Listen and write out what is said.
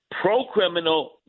pro-criminal